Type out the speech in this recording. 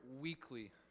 weekly